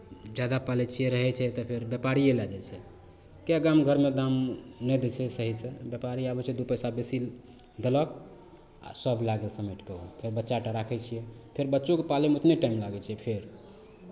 जादा पालै छियै रहै छै तऽ फेर व्यापारिए लए जाइ छै किएक गाम घरमे दाम नहि दै छै सहीसँ व्यापारी आबै छै दू पैसा बेसी देलक आ सभ लए गेल समटि कऽ ओ फेर बच्चा टा राखै छियै फेर बच्चोकेँ पालयमे उतने टाइम लागै छै फेर